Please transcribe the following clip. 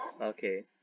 okay